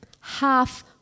Half